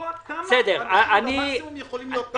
לקבוע כמה אנשים במקסימום יכולים להיות באתר מירון.